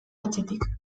etxetik